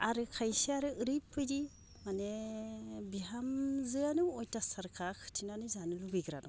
आरो खायसेया आरो ओरैबायदि माने बिहामजोआनो अयथासारखा खिथिनानै जानो लुगैग्रा दं